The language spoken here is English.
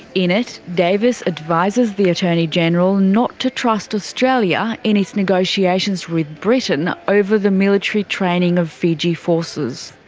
in it davis advises the attorney general not to trust australia in its negotiations with britain over the military training of fiji forces.